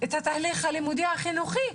את התהליך הלימודי החינוכי?